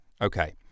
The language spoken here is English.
okay